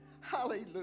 hallelujah